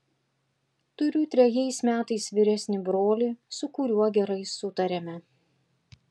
turiu trejais metais vyresnį brolį su kuriuo gerai sutariame